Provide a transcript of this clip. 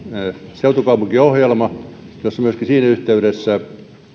seutukaupunkiohjelma jossa myöskin siinä yhteydessä